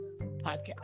podcast